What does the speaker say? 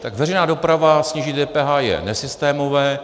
Tak veřejná doprava, snížit DPH je nesystémové.